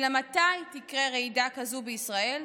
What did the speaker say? אלא מתי תקרה רעידה כזו בישראל,